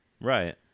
Right